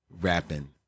rapping